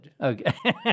okay